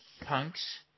Punk's